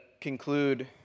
conclude